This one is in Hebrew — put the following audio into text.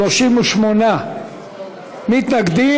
38 נגד.